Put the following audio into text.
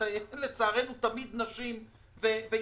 לצערנו אלה תמיד נשים ואימהות,